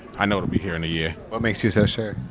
i know it'll be here in a year what makes you so sure?